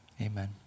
Amen